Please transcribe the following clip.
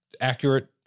accurate